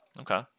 okay